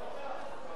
החוק הבא.